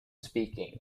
speaking